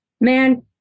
man